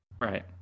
right